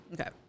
Okay